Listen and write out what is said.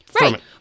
Right